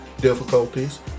difficulties